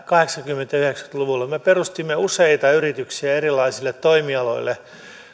kahdeksankymmentä ja yhdeksänkymmentä luvuilla me perustimme useita yrityksiä erilaisille toimialoille